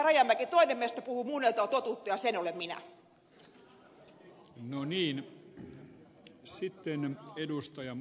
rajamäki toinen meistä puhuu muunneltua totuutta ja se en ole minä